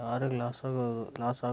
ಯಾರಿಗ್ ಲಾಸಾಗ್ಬೊದು?